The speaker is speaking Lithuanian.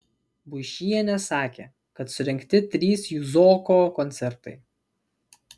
buišienė sakė kad surengti trys juzoko koncertai